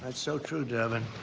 and so true, devin.